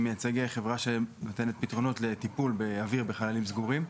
אני מייצג חברה שנותנת פתרונות לטיפול באוויר בחללים סגורים.